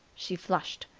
she flushed.